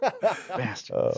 Bastards